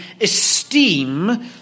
esteem